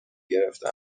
گرفته